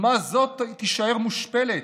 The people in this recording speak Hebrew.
אומה זו תישאר מושפלת,